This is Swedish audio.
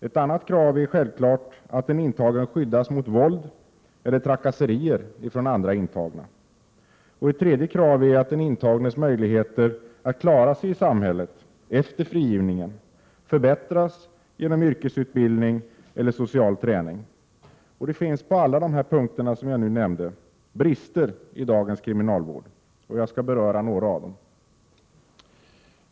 Ett annat krav är att en intagen skyddas mot våld eller trakasserier från andra intagna. Ett tredje krav är att den intagnes möjligheter att klara sig i samhället efter frigivningen förbättras genom yrkesutbildning eller social träning. Det finns på alla de punkter som jag nu nämnt brister i dagens kriminalvård. Jag skall beröra några av dem.